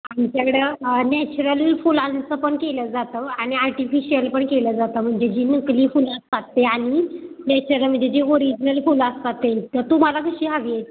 आमच्याकडं नॅचरल फुलांचं पण केलं जातं आणि आर्टिफिशियल पण केलं जातं म्हणजे जी नकली फुलं असतात ते आणि नॅचरल म्हणजे जे ओरिजिनल फुलं असतात ते तर तुम्हाला कशी हवी आहे